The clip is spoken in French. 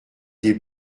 des